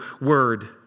word